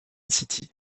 city